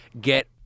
get